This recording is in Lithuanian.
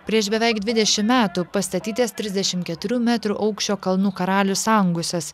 prieš beveik dvidešim metų pastatytas trisdešim keturių metrų aukščio kalnų karalius angusas